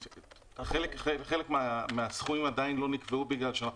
חלק מהסכומים עדיין לא נקבעו בגלל שאנחנו